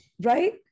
Right